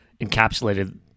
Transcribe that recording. encapsulated